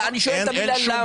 אני שואל למה?